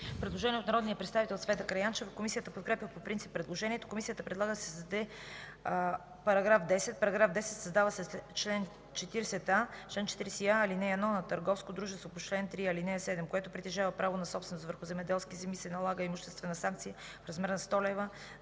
Предложение от народния представител Цвета Караянчева. Комисията подкрепя по принцип предложението. Комисията предлага да се създаде § 10: „§ 10. Създава се чл. 40а: „Чл. 40а. (1) На търговско дружество по чл. 3, ал. 7, което притежава право на собственост върху земеделски земи, се налага имуществена санкция в размер на 100 лв.